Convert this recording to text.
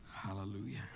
Hallelujah